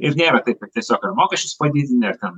ir nėra taip kad tiesiog ar mokesčius padidini ar ten